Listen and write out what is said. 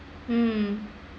mm